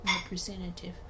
representative